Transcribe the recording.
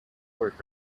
work